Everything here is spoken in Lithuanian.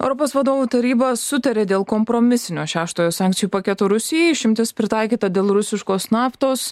europos vadovų taryba sutarė dėl kompromisinio šeštojo sankcijų paketo rusijai išimtis pritaikyta dėl rusiškos naftos